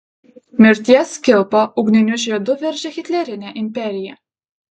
mirties kilpa ugniniu žiedu veržė hitlerinę imperiją